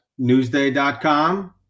Newsday.com